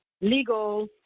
legal